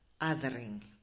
othering